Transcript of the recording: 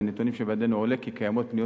מהנתונים שבידינו עולה כי קיימות פניות